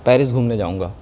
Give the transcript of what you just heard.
Paris گھومنے جاؤں گا